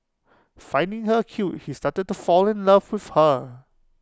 finding her cute he started to fall in love with her